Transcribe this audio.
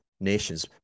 nations